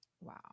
Wow